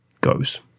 goes